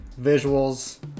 visuals